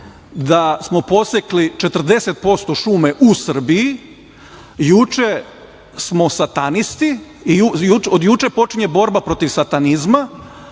da smo posekli 40% šume u Srbiji. Juče smo satanisti i od juče počinje borba protiv satanizma